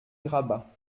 grabat